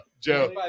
Joe